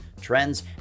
trends